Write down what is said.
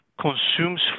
consumes